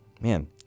Man